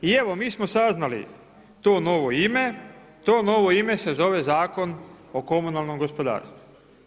I evo mi smo saznali to novo ime, to novo ime se zove Zakon o komunalnom gospodarstvu.